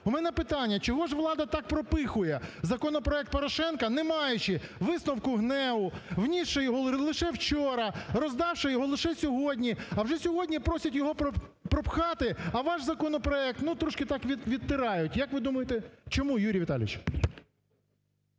У мене питання: чого ж влада так пропихує законопроект Порошенка? Не маючи висновку ГНЕУ, внісши його лише вчора, роздавши його лише сьогодні, а вже сьогодні просять його пропхати, а ваш законопроект, ну, трошки так відтирають. Як ви думаєте, чому, Юрій Віталійович?